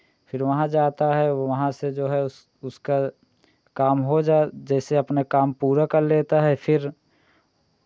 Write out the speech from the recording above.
फिर वहां जाता है वो वहां से जो है उस उसका काम हो जा जैसे अपने काम पूरा कर लेता है फिर